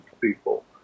people